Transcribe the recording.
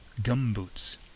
gumboots